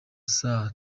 saa